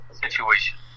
situation